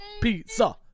pizza